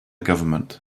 government